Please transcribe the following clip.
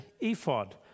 ephod